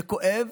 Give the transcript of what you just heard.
זה כואב,